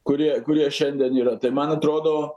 kurie kurie šiandien yra tai man atrodo